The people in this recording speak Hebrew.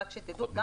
רק שתדעו.